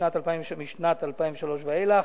משנת 2001 ואילך,